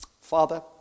Father